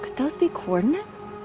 could those be coordinates?